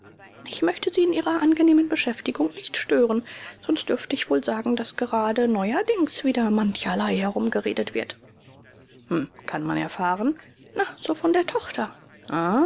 ich möchte sie in ihrer angenehmen beschäftigung nicht stören sonst dürfte ich wohl sagen daß gerade neuerdings wieder mancherlei herumgeredet wird hm kann man erfahren na so von der tochter